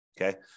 Okay